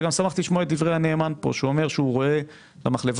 וגם שמחתי לשמוע את דברי הנאמן שאומר שהוא רואה למחלבה